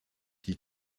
die